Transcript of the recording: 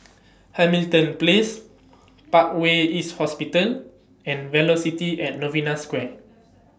Hamilton Place Parkway East Hospital and Velocity At Novena Square